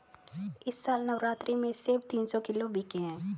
इस साल नवरात्रि में सेब तीन सौ किलो बिके हैं